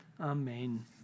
Amen